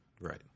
right